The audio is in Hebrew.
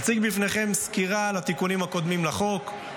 אציג בפניכם סקירה על התיקונים הקודמים לחוק.